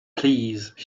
please